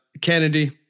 Kennedy